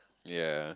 yea